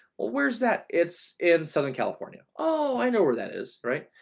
where's that? it's in southern california. oh, i know where that is. right.